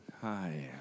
Hi